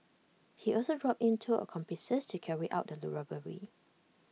he also roped in two accomplices to carry out the robbery